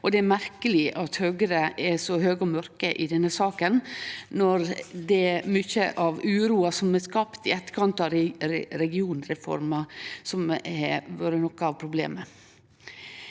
Det er merkeleg at Høgre er så høg og mørk i denne saka når det er mykje av uroa som er skapt i etterkant av regionreforma som har vore noko av problemet.